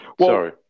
Sorry